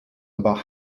about